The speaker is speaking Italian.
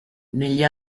negli